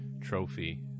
trophy